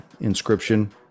inscription